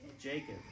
Jacob